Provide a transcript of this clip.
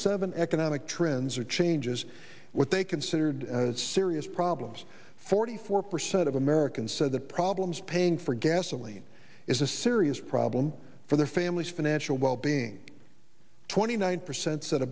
seven economic trends or changes what they considered serious problems forty four percent of americans said the problems paying for gasoline is a serious problem for their family's financial wellbeing twenty nine percent